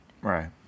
Right